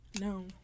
No